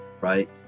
right